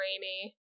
rainy